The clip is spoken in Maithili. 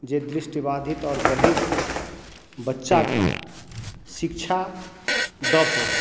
जे दृष्टिबाधित आओर बहिर बच्चाके शिक्षा दऽ पाओत